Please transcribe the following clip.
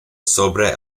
sobre